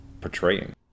portraying